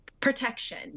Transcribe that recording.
protection